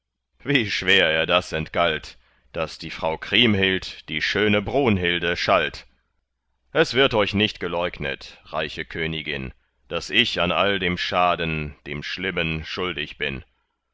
wie schwer er das entgalt daß die frau kriemhild die schöne brunhilde schalt es wird euch nicht geleugnet reiche königin daß ich an all dem schaden dem schlimmen schuldig bin